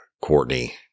Courtney